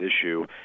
issue